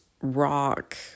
rock